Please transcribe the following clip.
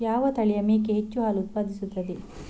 ಯಾವ ತಳಿಯ ಮೇಕೆ ಹೆಚ್ಚು ಹಾಲು ಉತ್ಪಾದಿಸುತ್ತದೆ?